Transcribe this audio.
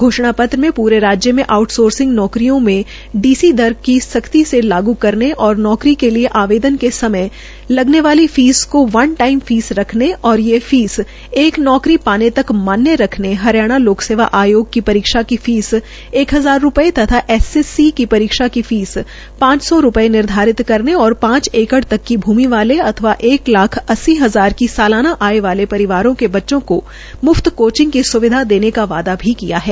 घोषणा पत्र में पूरे राज्य में आउट सोर्सिंग नौकरियों में डी सी दर को सख्ती से लागू करने और नौकरी के लिए आवेदन के समय लगने वाली फीस को वन टाईम फीस रखने और ये फीस एक नौकरी पानेतक मान्य रखने हरियाणा लोकसेवा आयोग की परीक्षा की फीस एक हजार रूपये तथा एस एस सी परीक्षा की फीस पांच सौ रूपये निर्धारित करने और पांच एकड़ तक की भूमि वाले अथवा एक लाख अस्सी हजार की सलाना आय वाले परिवारों के बच्चों को मुफत कोचिंग की सुविधा देने का वायदा भी किया है